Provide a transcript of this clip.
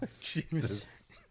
jesus